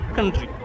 Country